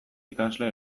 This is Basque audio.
ikasle